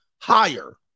higher